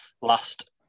last